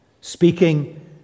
speaking